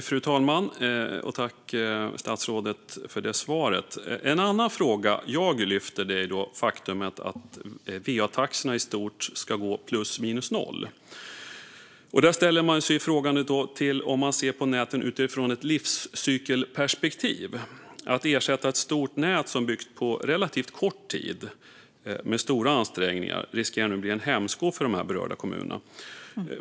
Fru talman! Tack, statsrådet, för svaret! En annan fråga som jag lyfter är det faktum att va-taxorna i stort ska gå plus minus noll. Detta ställer man sig frågande till om man ser på näten utifrån ett livscykelperspektiv. Att ersätta ett stort nät som byggts på relativt kort tid med stora ansträngningar riskerar nu att bli en hämsko för berörda kommuner.